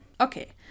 Okay